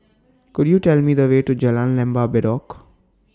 Could YOU Tell Me The Way to Jalan Lembah Bedok